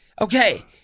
Okay